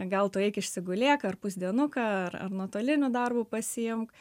gal tu eik išsigulėk ar pusdienuką ar ar nuotoliniu darbu pasiimk